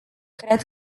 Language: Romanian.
cred